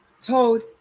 told